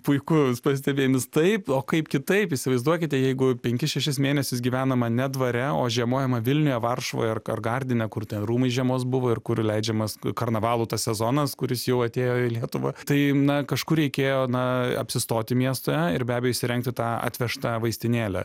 puikus pastebėjimas taip o kaip kitaip įsivaizduokite jeigu penkis šešis mėnesius gyvenama ne dvare o žiemojama vilniuje varšuvoj ar ar gardine kur tie rūmai žiemos buvo ir kur leidžiamas karnavalų tas sezonas kuris jau atėjo į lietuvą tai na kažkur reikėjo na apsistoti mieste ir be abejo įsirengti tą atvežtą vaistinėlę